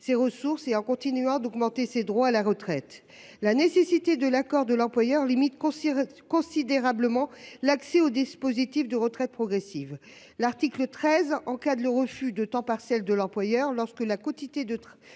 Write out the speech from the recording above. ses ressources tout en continuant d'augmenter ses droits à la retraite. La nécessité de l'accord de l'employeur limite considérablement l'accès au dispositif. L'article 13 encadre le refus de temps partiel de l'employeur, lorsque la quotité de